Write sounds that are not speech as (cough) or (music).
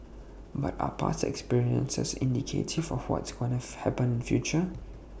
but are past experiences indicative of what's gonna (noise) happen in future